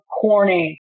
Corning